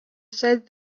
said